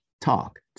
talk